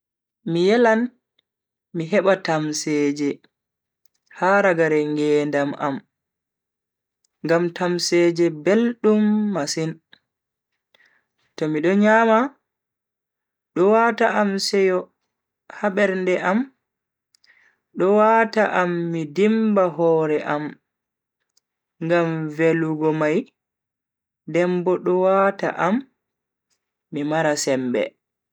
Mi yelan mi heba tamseeje ha ragare ngedam am ngam tamseeje beldum masin. to mido nyama do wata am seyo ha bernde am do wata am mi dimba hore am ngam velugo mai den bo do wata am mi mara sembe.